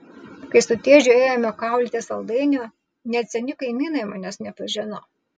kai su tedžiu ėjome kaulyti saldainių net seni kaimynai manęs nepažino